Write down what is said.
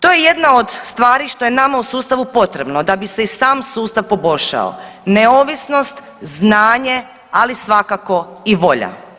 To je jedna od stvari što je u sustavu potrebno da bi se i sam sustav poboljšao, neovisnost, znanje ali svakako i volja.